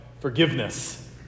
forgiveness